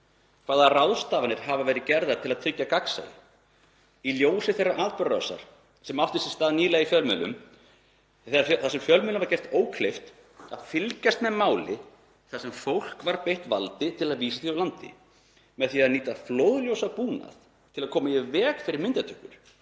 Hvaða ráðstafanir hafa verið gerðar til að tryggja gagnsæi? Í ljósi þeirrar atburðarásar sem átti sér stað nýlega, þar sem fjölmiðlum var gert ókleift að fylgjast með máli þar sem fólk var beitt valdi til að vísa því úr landi með því að nýta flóðljósabúnað til að koma í veg fyrir myndatökur,